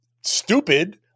stupid